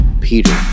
Peter